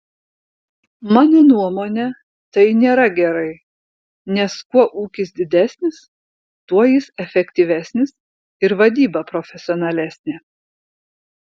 mano nuomone tai nėra gerai nes kuo ūkis didesnis tuo jis efektyvesnis ir vadyba profesionalesnė